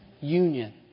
union